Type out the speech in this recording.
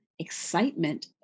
excitement